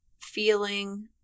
feeling